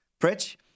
Pritch